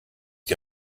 die